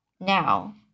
Now